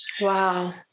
Wow